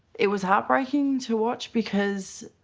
it was heartbreaking to watch because.